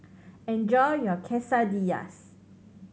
enjoy your Quesadillas